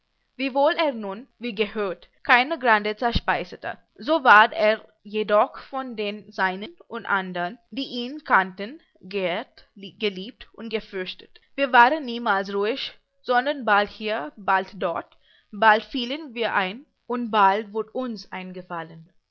wiewohl er nun wie gehöret keine grandezza speisete so ward er jedoch von den seinen und andern die ihn kannten geehrt geliebt und geförchtet wir waren niemals ruhig sondern bald hier bald dort bald fielen wir ein und bald wurd uns eingefallen